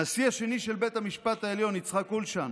הנשיא השני של בית המשפט העליון יצחק אולשן,